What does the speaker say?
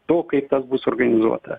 to kaip tas bus suorganizuota